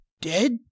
Dead